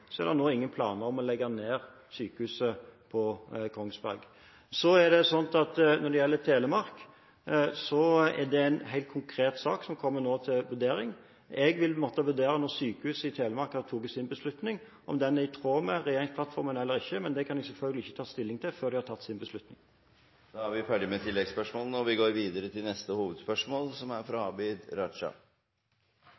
er det nå ingen planer om å legge ned sykehuset på Kongsberg. Når det gjelder Telemark, er det en helt konkret sak som kommer til vurdering nå. Når sykehuset i Telemark har tatt sin beslutning, vil jeg måtte vurdere om den er i tråd med regjeringsplattformen eller ikke, men det kan jeg selvfølgelig ikke ta stilling til før de har tatt sin beslutning. Vi går til neste hovedspørsmål. For en måned siden la FNs klimapanel fram sin tredje og siste delrapport. Den slår fast at det er